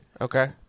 Okay